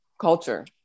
culture